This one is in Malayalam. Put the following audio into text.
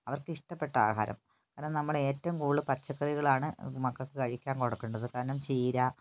അവർക്കിഷ്ടപ്പെട്ട ആഹാരം കാരണം നമ്മൾ ഏറ്റവും കൂടുതൽ പച്ചക്കറികളാണ് മക്കൾക്ക് കഴിക്കാൻ കൊടുക്കേണ്ടത് കാരണം ചീര